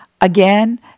again